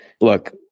Look